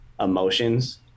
emotions